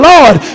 Lord